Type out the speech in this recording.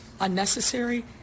unnecessary